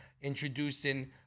introducing